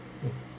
mm